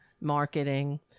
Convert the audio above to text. marketing